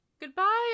goodbye